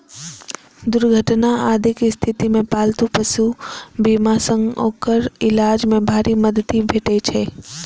दुर्घटना आदिक स्थिति मे पालतू पशु बीमा सं ओकर इलाज मे भारी मदति भेटै छै